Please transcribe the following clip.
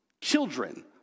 Children